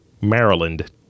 Maryland